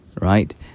right